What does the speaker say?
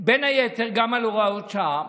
בין היתר גם על הוראת שעה.